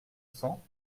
cents